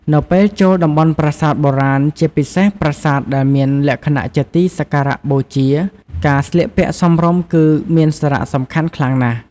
នៅពេលចូលតំបន់ប្រាសាទបុរាណ ជាពិសេសប្រាសាទដែលមានលក្ខណៈជាទីសក្ការៈបូជា ការស្លៀកពាក់សមរម្យគឺមានសារៈសំខាន់ណាស់។